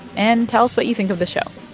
and tell us what you think of the show.